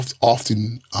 often